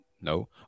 No